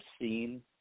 seen